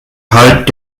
halt